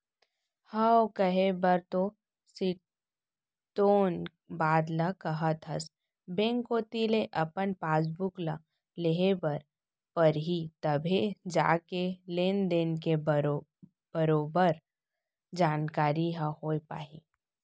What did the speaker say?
हव कहे बर तैं सिरतोन बात ल काहत हस बेंक कोती ले अपन पासबुक ल लेहे बर परही तभे जाके लेन देन के बरोबर जानकारी ह होय पाही